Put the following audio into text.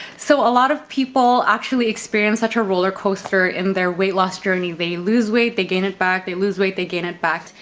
so a lot of people actually experience such a roller coaster in their weight loss journey. they lose weight, they gain it back, they lose weight, they gain it back.